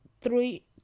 Three